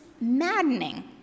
maddening